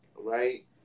right